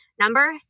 Number